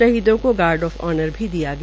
शहीदों को guard of honour भी दिया गया